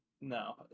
No